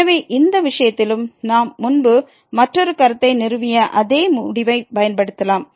எனவே இந்த விஷயத்திலும் நாம் முன்பு மற்றொரு கருத்தை நிறுவிய அதே முடிவைப் பயன்படுத்தலாம்